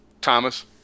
Thomas